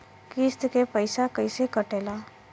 किस्त के पैसा कैसे कटेला?